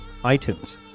iTunes